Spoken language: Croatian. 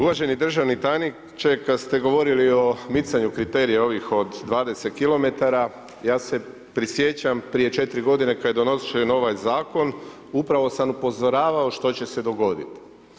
Uvaženi državni tajniče, kad ste govorili o micanju kriteriju ovih od 20 kilometara, ja se prisjećam prije 4 godine kad je donesen ovaj zakon, upravo sam upozoravao što će se dogoditi.